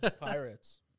Pirates